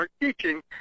teaching